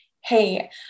Hey